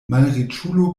malriĉulo